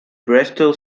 bristol